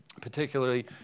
particularly